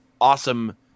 awesome